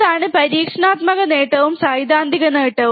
അതാണ് പരീക്ഷണാത്മക നേട്ടവും സൈദ്ധാന്തിക നേട്ടവും